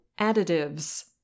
additives